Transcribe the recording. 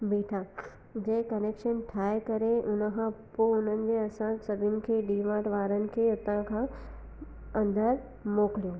बीठा जे कनैक्शन ठाहे करे उन खां पोइ हुननि जे असां सभिनि खे डीमट वारनि खे हुतां खां अंदरि मोकिलियो